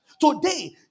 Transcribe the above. Today